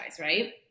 right